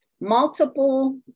multiple